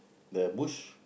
the bush